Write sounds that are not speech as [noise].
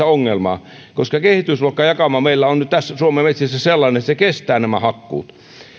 [unintelligible] ongelmaa koska kehitysluokkajakauma meillä on nyt suomen metsissä sellainen että se kestää nämä hakkuut